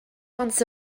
once